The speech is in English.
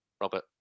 Robert